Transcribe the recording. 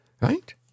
right